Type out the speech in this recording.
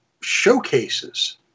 showcases